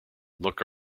look